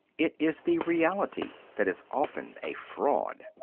it is the reality that is often a fraud.